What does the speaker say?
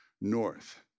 north